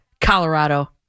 Colorado